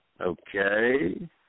Okay